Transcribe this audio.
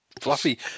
Fluffy